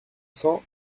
cents